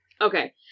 Okay